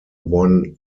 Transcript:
won